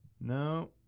No